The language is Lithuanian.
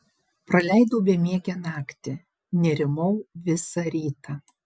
praleidau bemiegę naktį nerimau visą rytą